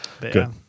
Good